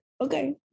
Okay